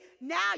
now